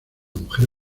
mujer